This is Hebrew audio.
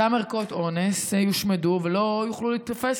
אותן ערכות אונס יושמדו ולא יוכלו להיתפס